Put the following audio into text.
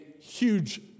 huge